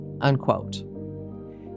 unquote